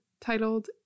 titled